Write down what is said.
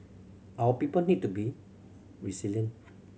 our people need to be resilient